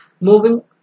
Moving